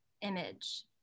image